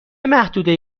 محدوده